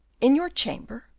in your chamber?